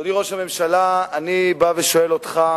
אדוני ראש הממשלה, אני בא ושואל אותך,